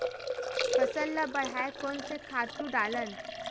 फसल ल बढ़ाय कोन से खातु डालन?